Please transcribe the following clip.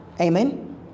Amen